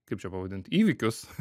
kaip čia pavadint įvykius